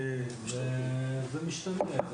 זה משתנה.